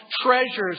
treasures